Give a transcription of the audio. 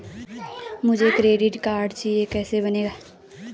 मुझे credit card चाहिए कैसे बनेगा?